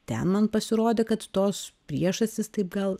ten man pasirodė kad tos priežastys taip gal